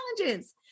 challenges